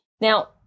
Now